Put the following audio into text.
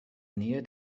nähe